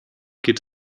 geht